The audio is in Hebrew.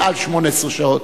מעל 18 שעות,